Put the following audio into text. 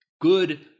good